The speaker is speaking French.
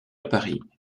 paris